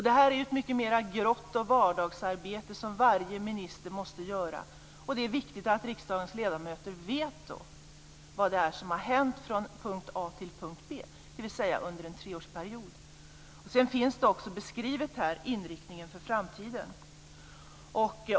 Det här är mycket mer ett grått vardagsarbete som varje minister måste göra, och det är viktigt att riksdagens ledamöter vet vad som har hänt från punkt A till punkt B, dvs. under en treårsperiod. Sedan finns också inriktningen för framtiden beskriven.